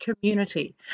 community